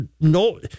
no